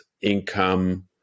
income